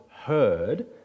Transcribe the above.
heard